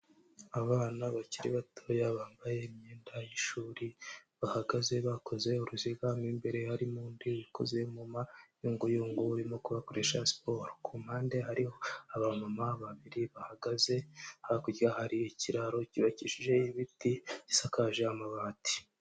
Abana bakiri batoya bambaye imyenda y'ishuri, bahagaze bakoze uruziga, mo imbere harimo undi wikoze mumayunguyungu urimo kubakoresha siporo, kumpande hariho abamama babiri bahagaze, hakurya hari ikiraro cyubakishije ibiti, gisakaje amabati.